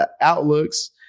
outlooks